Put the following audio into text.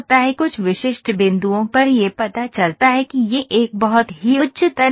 कुछ विशिष्ट बिंदुओं पर यह पता चलता है कि यह एक बहुत ही उच्च तनाव है